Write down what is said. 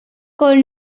col